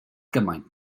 gymaint